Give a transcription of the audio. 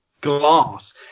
glass